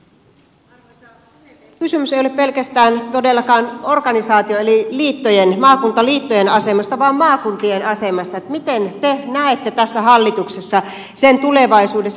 kysymys ei ole pelkästään todellakaan organisaatioiden eli maakuntaliittojen asemasta vaan maakuntien asemasta eli miten te näette tässä hallituksessa sen tulevaisuudessa